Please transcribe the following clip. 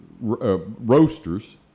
roasters